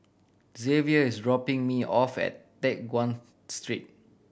Zavier is dropping me off at Teck Guan Street